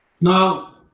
Now